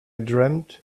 dreamt